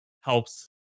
helps